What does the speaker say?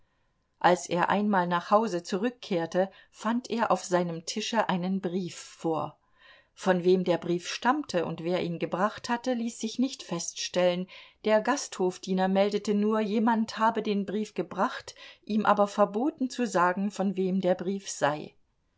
als er einmal nach hause zurückkehrte fand er auf seinem tische einen brief vor von wem der brief stammte und wer ihn gebracht hatte ließ sich nicht feststellen der gasthofdiener meldete nur jemand habe den brief gebracht ihm aber verboten zu sagen von wem der brief sei